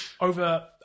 over